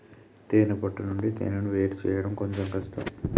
తేనే పట్టు నుండి తేనెను వేరుచేయడం కొంచెం కష్టం